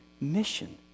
mission